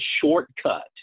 shortcut